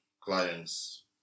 clients